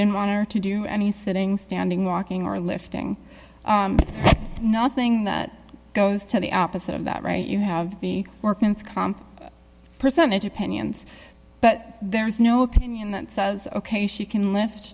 don't want her to do any sitting standing walking or lifting nothing that goes to the opposite of that right you have workman's comp percentage opinions but there is no opinion that says ok she can lift